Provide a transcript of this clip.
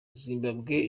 zimbabwe